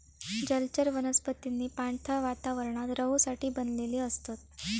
जलचर वनस्पतींनी पाणथळ वातावरणात रहूसाठी बनलेली असतत